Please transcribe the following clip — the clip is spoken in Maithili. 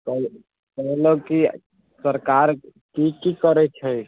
पाय दऽ दै छी मतलब कि सरकार की की करैत छै